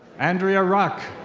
andria ruck.